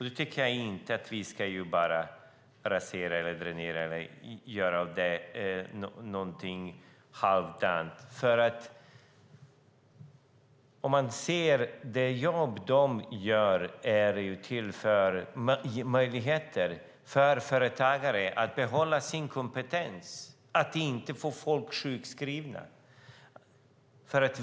Då tycker jag inte att vi bara ska rasera och dränera det och göra någonting halvdant. Det jobb som de gör ger möjligheter för företagare att behålla sin kompetens och så att personalen inte blir sjukskriven.